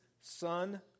son